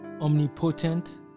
omnipotent